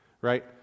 right